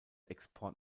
export